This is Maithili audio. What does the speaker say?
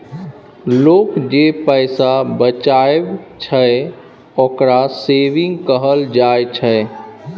लोक जे पैसा बचाबइ छइ, ओकरा सेविंग कहल जाइ छइ